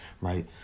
right